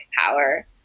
power